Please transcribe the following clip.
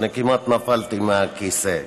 אני כמעט נפלתי מהכיסא.